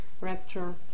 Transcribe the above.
rapture